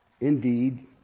indeed